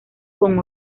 con